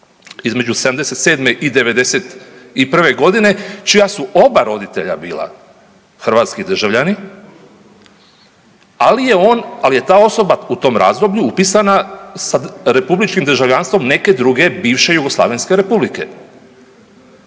između 77. i 91. godine čija su oba roditelja bila hrvatski državljani ali je ta osoba u tom razdoblju upisana sa republičkim državljanstvom neke druge bivše jugoslavenske republike.